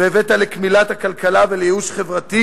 והבאת לקמילת הכלכלה ולייאוש חברתי